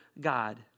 God